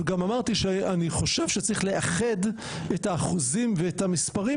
וגם אמרתי שאני חושב שצריך לאחד את האחוזים ואת המספרים